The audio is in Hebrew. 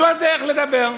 זו הדרך לדבר.